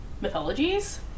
mythologies